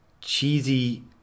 cheesy